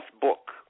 book